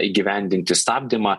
įgyvendinti stabdymą